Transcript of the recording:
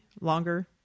Longer